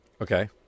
Okay